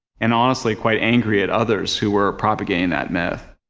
and honestly quite angry at others who were propagating that myth.